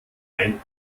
ein